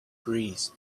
breeze